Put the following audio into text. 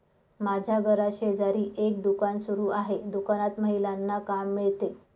माझ्या घराशेजारी एक दुकान सुरू आहे दुकानात महिलांना काम मिळते